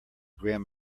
grand